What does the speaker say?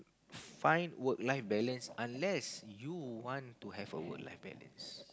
find work life balance unless you want to have a work life balance